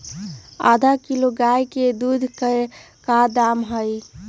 आधा किलो गाय के दूध के का दाम होई?